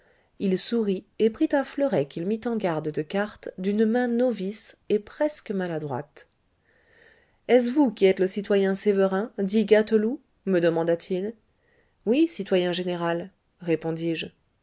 il sourit et prit un fleuret qu'il mit en garde de quarte d'une main novice et presque maladroite est-ce vous qui êtes le citoyen sévérin dit gâteloup me demanda-t-il oui citoyen général répondis-je